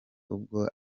ubwo